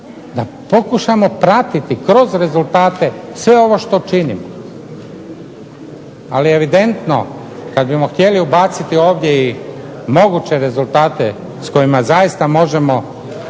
da pokušamo pratiti kroz rezultate sve ovo što činimo, ali evidentno kad bimo htjeli ubaciti ovdje i moguće rezultate s kojima zaista možemo